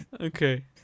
Okay